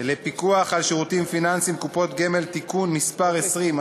הפיקוח על שירותים פיננסיים (קופות גמל) (תיקון מס' 20),